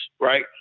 right